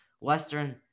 Western